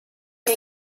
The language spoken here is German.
die